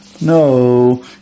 No